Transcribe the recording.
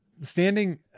standing